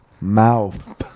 mouth